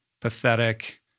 pathetic